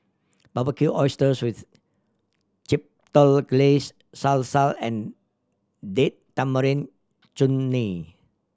Barbecued Oysters with Chipotle Glaze Salsa and Date Tamarind Chutney